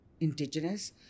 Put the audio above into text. Indigenous